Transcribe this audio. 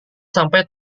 sampai